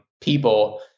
people